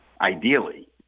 ideally